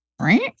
Right